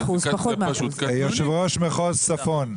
יושב ראש מחוז צפון,